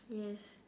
yes